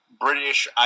British